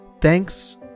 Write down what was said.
thanks